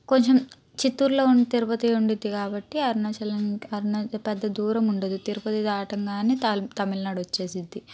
కొంచం చిత్తూర లో ఉండి తిరుపతి ఉంటుంది కాబట్టి అరుణాచలం అరుణా పెద్ద దూరం ఉండదు తిరుపతి దాటగానే త తమిళనాడు వచ్చేస్తుంది